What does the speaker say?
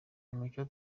nimucyo